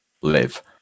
live